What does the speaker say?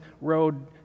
road